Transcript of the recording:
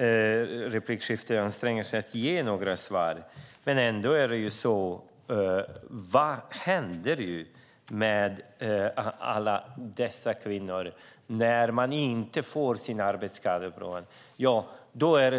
inlägg försökte anstränga sig att ge några svar. Vad händer med alla dessa kvinnor när de inte får sina arbetsskador prövade?